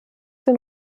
den